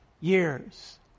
years